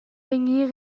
vegnir